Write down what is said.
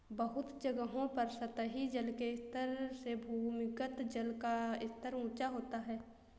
बहुत जगहों पर सतही जल के स्तर से भूमिगत जल का स्तर ऊँचा होता है